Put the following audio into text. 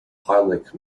heimlich